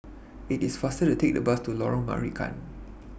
IT IS faster to Take The Bus to Lorong Marican